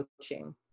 coaching